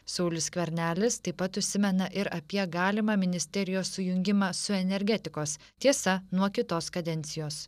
saulius skvernelis taip pat užsimena ir apie galimą ministerijos sujungimą su energetikos tiesa nuo kitos kadencijos